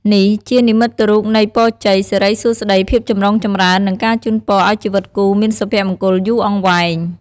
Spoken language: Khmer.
នេះជានិមិត្តរូបនៃ ពរជ័យ សិរីសួស្តី ភាពចម្រុងចម្រើន និងការជូនពរឱ្យជីវិតគូមានសុភមង្គលយូរអង្វែង។